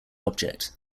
object